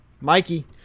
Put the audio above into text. Mikey